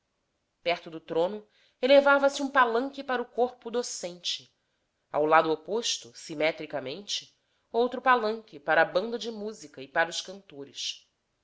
perto do trono elevava-se um palanque para o corpo docente ao lado oposto simetricamente outro palanque para a banda de música e para os cantores